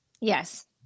Yes